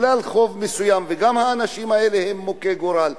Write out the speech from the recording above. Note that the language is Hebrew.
שבגלל חוב מסוים, וגם האנשים האלה הם מוכי גורל,